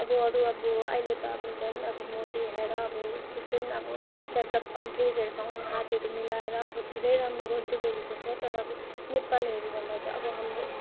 अब अरू अब अहिले अब झन् अब मोदी आएर अब डिफ्रेन्ट अब डेभ्लोप कन्ट्रीजहरूसँग हातहरू मिलाएर अब धेरै राम्रो गर्दै गएको छ तर अब नेपालहरूभन्दा चाहिँ अब हाम्रो